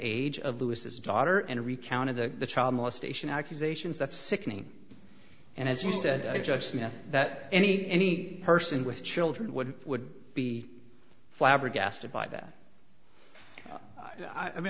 age of lewis's daughter and recount of the child molestation accusations that's sickening and as you said i just know that any any person with children would would be flabbergasted by that i mean